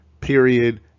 period